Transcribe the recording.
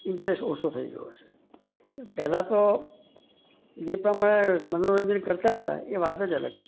ઈન્ટરેસ ઓછો થઇ ગયો છે પહેલાં તો જે પ્રમાણે મનોરંજન કરતા હતા એ વાત જ અલગ હતી